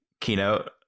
keynote